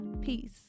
peace